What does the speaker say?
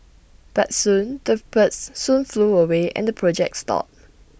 but soon the birds soon flew away and the project stalled